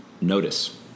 notice